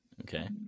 Okay